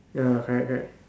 ya correct correct